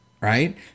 right